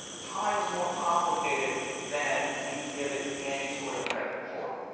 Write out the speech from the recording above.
time is more complicated than we give it any sort of credit for.